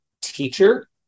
teacher